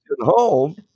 home